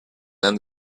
than